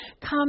come